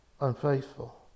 unfaithful